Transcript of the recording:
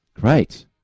Great